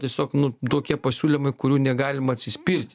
tiesiog nu tokie pasiūlymai kurių negalima atsispirt